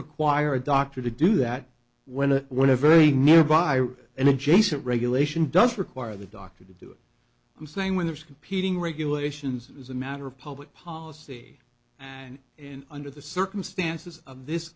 require a doctor to do that when a when a very nearby or an adjacent regulation does require the doctor to do it i'm saying when there's competing regulations as a matter of public policy and and under the circumstances of this